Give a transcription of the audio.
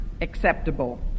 acceptable